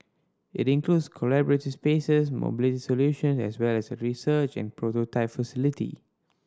it includes collaborative spaces mobility solution as well as a research and prototype facility